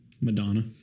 Madonna